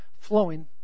flowing